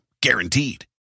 Guaranteed